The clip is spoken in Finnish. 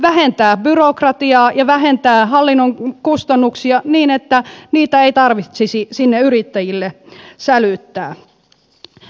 vähentää byrokratiaa ja vähentää hallinnon kustannuksia niin että niitä ei tarvitsisi sinne yrittäjille sälyttää